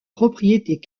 propriétés